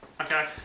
Okay